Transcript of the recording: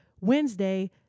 Wednesday